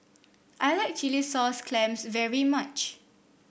I like Chilli Sauce Clams very much